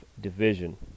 division